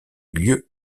lieu